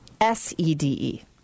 S-E-D-E